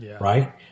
right